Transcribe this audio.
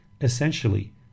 Essentially